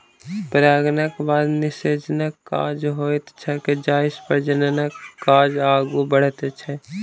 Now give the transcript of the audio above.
परागणक बाद निषेचनक काज होइत छैक जाहिसँ प्रजननक काज आगू बढ़ैत छै